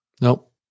Nope